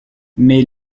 mais